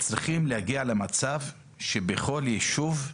אנחנו צריכים להגיע למצב שבכל יישוב,